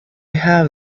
have